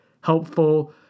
helpful